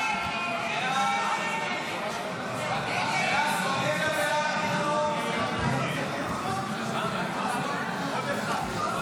להעביר את הצעת חוק תקציב נוסף לשנת הכספים 2024 (מס' 2),